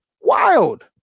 Wild